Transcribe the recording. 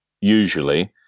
usually